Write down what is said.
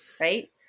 Right